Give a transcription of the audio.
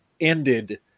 ended